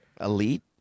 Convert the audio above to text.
elite